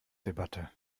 debatte